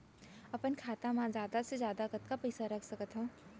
अपन खाता मा जादा से जादा कतका पइसा रख सकत हव?